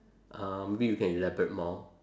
uh maybe you can elaborate more